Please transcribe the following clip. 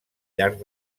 llarg